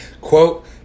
Quote